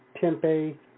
Tempe